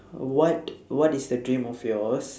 what what is the dream of yours